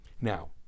Now